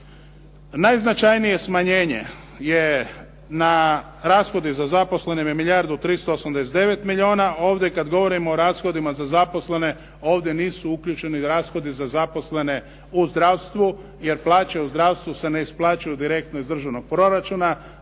Najznačajnije smanjenje je na rashode za zaposlene milijardu 389 milijuna. Ovdje kada govorimo o rashodima za zaposlene, ovdje nisu uključene rashodi za zaposlene u zdravstvu, jer plaće u zdravstvu se ne isplaćuju direktno iz državnog proračuna,